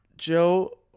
Joe